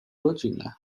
rodziny